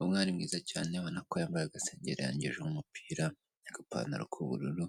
Umwari ari mwiza cyane ubona ko yambaye agasenge yarengejeho umupira n'apantaro k'ubururu,